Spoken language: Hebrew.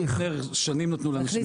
דירות נ"ר שנים נתנו לאנשים לבחור את הדירות.